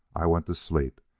i went to sleep,